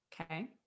Okay